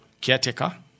caretaker